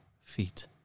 feet